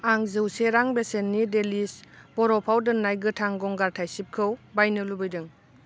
आं जौसे रां बेसेननि डेलिश बरफाव दोननाय गोथां गंगार थायसिबखौ बायनो लुबैदों